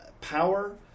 Power